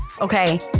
okay